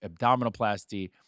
abdominoplasty